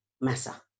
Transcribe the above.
massa